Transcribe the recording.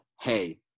Hey